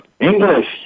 English